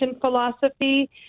philosophy